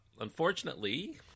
Unfortunately